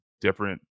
Different